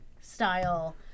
style